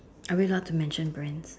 are we allowed to mention Brands